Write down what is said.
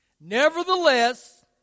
Nevertheless